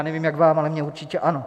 Nevím, jak vám, ale mně určitě ano.